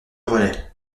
relai